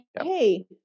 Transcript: hey